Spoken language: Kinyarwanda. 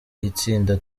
itsinda